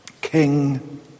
King